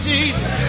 Jesus